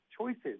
choices